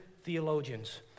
theologians